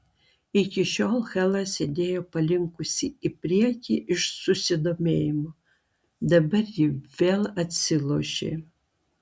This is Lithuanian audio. iki šiol hela sėdėjo palinkusi į priekį iš susidomėjimo dabar ji vėl atsilošė